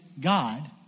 God